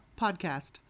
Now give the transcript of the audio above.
podcast